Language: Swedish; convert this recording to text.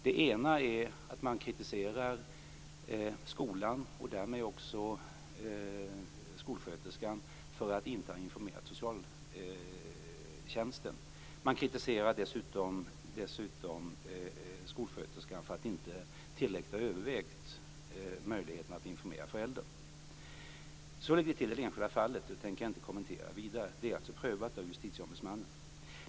Det ena är att man kritiserar skolan och därmed också skolsköterskan för att inte ha informerat socialtjänsten. Man kritiserar dessutom skolsköterskan för att inte tillräckligt ha övervägt möjligheten att informera föräldrarna. Så gick det till i det enskilda fallet, och det tänker jag inte kommentera vidare. Det är alltså prövat av justitieombudsmannen.